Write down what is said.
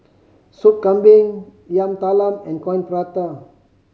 Sup Kambing Yam Talam and Coin Prata